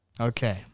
Okay